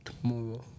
tomorrow